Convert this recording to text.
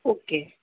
okay